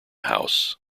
house